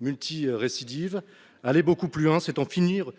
multirécidive. Aller beaucoup plus loin, c'est également en finir